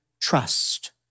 trust